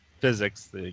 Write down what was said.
physics